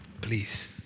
Please